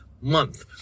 month